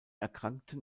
erkrankten